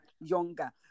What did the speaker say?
younger